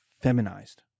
feminized